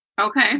Okay